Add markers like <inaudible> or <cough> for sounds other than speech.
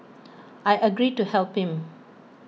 <noise> I agreed to help him